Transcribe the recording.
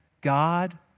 God